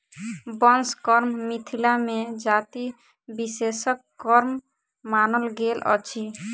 बंस कर्म मिथिला मे जाति विशेषक कर्म मानल गेल अछि